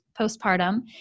postpartum